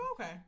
okay